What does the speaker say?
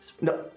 no